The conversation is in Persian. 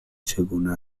چگونه